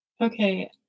Okay